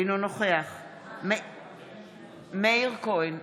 אינו נוכח מאיר כהן,